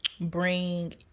bring